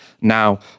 Now